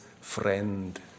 friend